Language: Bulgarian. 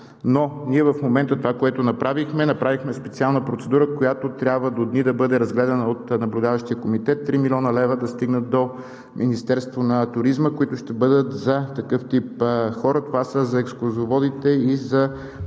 но ние в момента това, което направихме, направихме специална процедура, която трябва до дни да бъде разгледана от наблюдаващия комитет. Три милиона лева да стигнат до Министерството на туризма, които ще бъдат за такъв тип хора. Това са за екскурзоводите и за